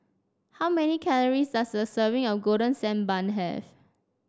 how many calories does a serving of Golden Sand Bun have